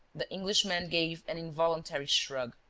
the englishman gave an involuntary shrug,